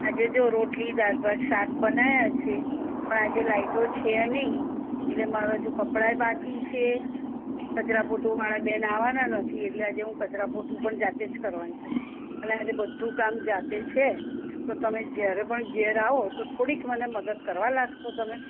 આજે જો રોટલી દાળભાત શાક બનાવ્યાં છે પણ આજે લાઇટો છે નહીં એટલે મારા હજુ કપડાય બાકી છે કચરા પોતું વાળાબેન આવવાના નથી એટલે આજે કચરા પોતું પણ હું જાતે જ કરવાની છું ને આજે બધું કામ જાતે છે તો તમે જ્યારે પણ ઘેર આવો તો થોડીક મને મદદ કરવા લાગશો તમે